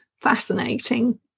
fascinating